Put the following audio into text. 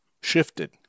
shifted